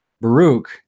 baruch